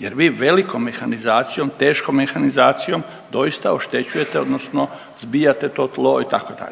Jer vi velikom mehanizacijom, teškom mehanizacijom doista oštećujete, odnosno zbijate to tlo itd.